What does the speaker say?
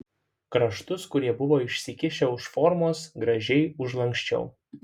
kraštus kurie buvo išsikišę už formos gražiai užlanksčiau